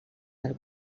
del